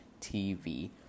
TV